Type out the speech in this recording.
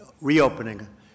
reopening